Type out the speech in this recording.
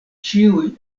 ĉiuj